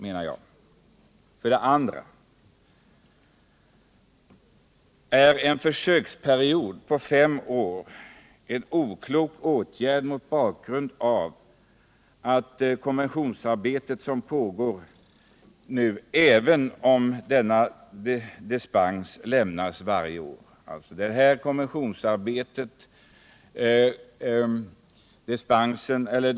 Vidare är en försöksperiod på fem år en oklok åtgärd, även om denna dispens skall lämnas varje år.